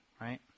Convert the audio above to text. right